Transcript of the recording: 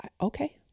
Okay